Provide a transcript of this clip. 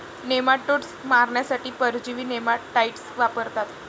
nematodes मारण्यासाठी परजीवी nematicides वापरतात